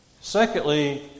Secondly